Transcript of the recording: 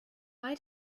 why